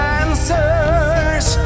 answers